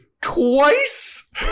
twice